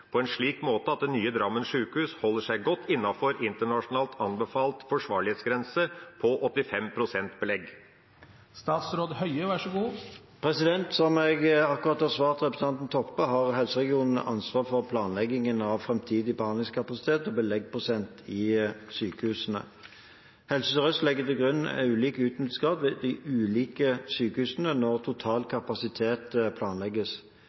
på en slik måte at det nye Drammen sykehus holder seg godt innenfor internasjonalt anbefalt forsvarlighetsgrense på 85 pst. belegg?» Som jeg akkurat har svart representanten Toppe, har de regionale helseforetakene ansvaret for planleggingen av framtidig behandlingskapasitet og beleggsprosent i sykehusene. Helse Sør-Øst legger til grunn ulik utnyttelsesgrad ved de ulike sykehusene når total kapasitet planlegges.